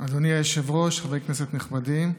אדוני היושב-ראש, חברי כנסת נכבדים,